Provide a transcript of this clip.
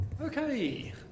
Okay